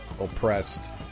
oppressed